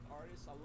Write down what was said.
artists